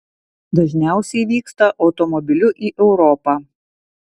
dažniausiai vyksta automobiliu į europą